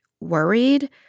Worried